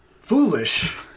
foolish